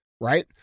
Right